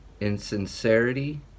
insincerity